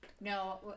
No